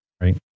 right